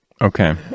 Okay